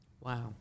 Wow